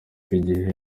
igihe